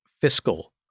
fiscal